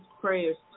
prayers